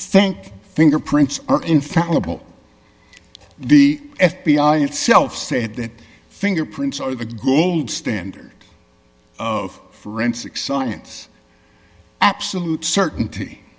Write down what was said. think fingerprints are infallible the f b i itself said that fingerprints are the gold standard of forensic science absolute certainty